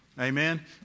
Amen